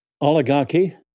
oligarchy